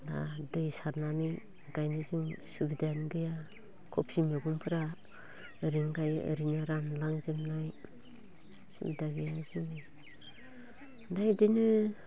आरो दै सारनानै गायनो जों सुबिदायानो गैया खबि मैगंफोरा ओरैनो गायो ओरैनो रानलांजोबनाय सिन्था गैया जोङो ओमफ्राय इदिनो